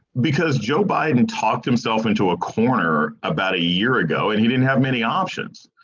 because joe biden talked himself into a corner about a year ago and he didn't have many options.